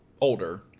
older